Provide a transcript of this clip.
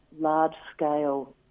large-scale